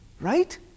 right